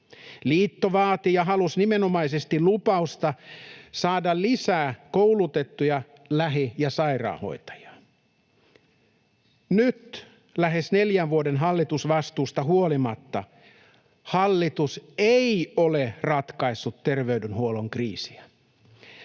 Liitto vaati ja halusi nimenomaisesti lupausta saada lisää koulutettuja lähi- ja sairaanhoitajia. Nyt lähes neljän vuoden hallitusvastuusta huolimatta hallitus ei ole ratkaissut terveydenhuollon kriisiä.